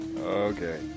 Okay